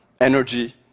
energy